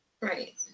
Right